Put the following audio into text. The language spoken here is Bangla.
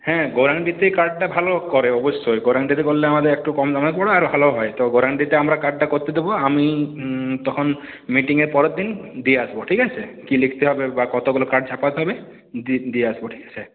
হ্যাঁ গরান্ডিতেই কার্ডটা ভালো করে অবশ্যই গরান্ডিতে করলে আমাদের একটু কম দামেও পড়বে আর ভালোও হয় তো গরান্ডিতে আমরা কার্ডটা করতে দেবো আমি তখন মিটিংয়ের পরের দিন দিয়ে আসবো ঠিক আছে কী লিখতে হবে বা কতগুলো কার্ড ছাপাতে হবে দি দিয়ে আসবো ঠিক আছে